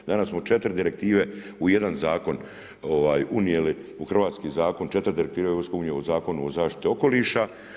Danas smo 4 direktive u jedan zakon unijeli, u hrvatski zakon, 4 direktive EU u Zakon o zaštiti okoliša.